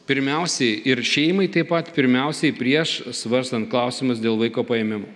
pirmiausiai ir šeimai taip pat pirmiausiai prieš svarstant klausimus dėl vaiko paėmimo